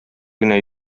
генә